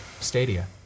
Stadia